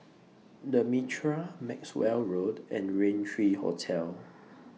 The Mitraa Maxwell Road and Raintr three Hotel